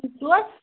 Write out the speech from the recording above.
ٹھیٖک چھُو حظ